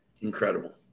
Incredible